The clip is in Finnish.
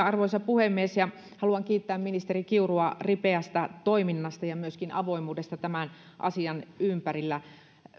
arvoisa puhemies haluan kiittää ministeri kiurua ripeästä toiminnasta ja myöskin avoimuudesta tämän asian ympärillä